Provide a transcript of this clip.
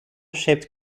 shaped